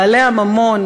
בעלי הממון